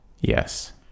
Yes